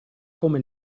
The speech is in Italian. come